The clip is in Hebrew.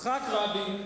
יצחק רבין,